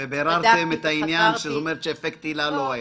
ביררתם את זה ש"אפקט ההילה" לא היה.